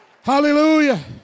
Hallelujah